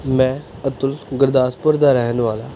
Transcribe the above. ਮੈਂ ਅਤੁਲ ਗੁਰਦਾਸਪੁਰ ਦਾ ਰਹਿਣ ਵਾਲਾ